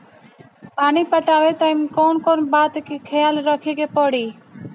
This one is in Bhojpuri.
पानी पटावे टाइम कौन कौन बात के ख्याल रखे के पड़ी?